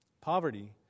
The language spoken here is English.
Poverty